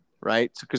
right